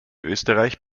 österreich